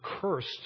cursed